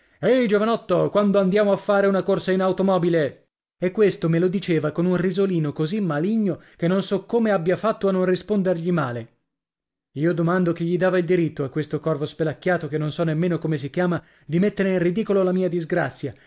ehi giovanotto quando andiamo a fare una corsa in automobile e questo me lo diceva con un risolino così maligno che non so come abbia fatto a non rispondergli male io domando chi gli dava il diritto a questo corvo spelacchiato che non so nemmeno come si chiama di mettere in ridicolo la mia disgrazia